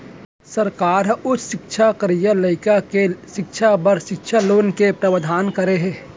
सरकार ह उच्च सिक्छा करइया लइका के सिक्छा बर सिक्छा लोन के प्रावधान करे हे